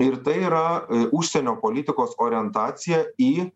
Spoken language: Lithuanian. ir tai yra užsienio politikos orientacija į